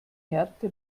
härte